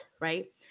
Right